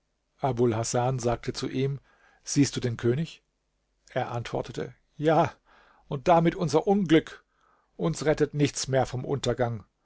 hasan sagte zu ihm siehst du den könig er antwortete ja und damit unser unglück uns rettet nichts mehr vom untergang